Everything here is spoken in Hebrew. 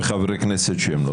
וחברי כנסת שהם לא חברי ועדה?